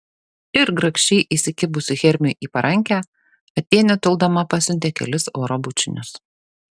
ir grakščiai įsikibusi hermiui į parankę atėnė toldama pasiuntė kelis oro bučinius